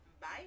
Bye